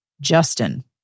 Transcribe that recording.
Justin